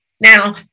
Now